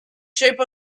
shape